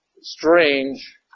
strange